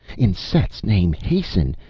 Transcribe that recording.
in set's name, hasten!